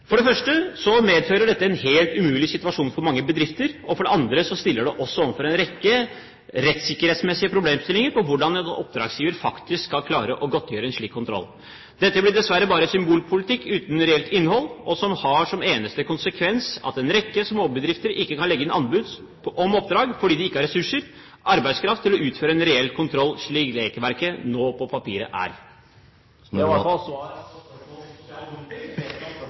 For det første medfører dette en helt umulig situasjon for mange bedrifter. For det andre stiller det også en rekke rettssikkerhetsmessige problemstillinger med hensyn til hvordan en oppdragsgiver faktisk skal klare å godtgjøre en slik kontroll. Dette blir dessverre bare en symbolpolitikk uten reelt innhold og som har som eneste konsekvens at en rekke småbedrifter ikke kan legge inn anbud om oppdrag, fordi de ikke har ressurser, arbeidskraft til å utføre en reell kontroll, slik regelverket nå på papiret er. Det var